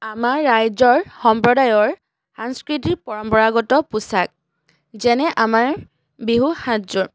আমাৰ ৰাজ্যৰ সম্প্ৰদায়ৰ সাংস্কৃতিক পৰম্পৰাগত পোছাক যেনে আমাৰ বিহু সাজযোৰ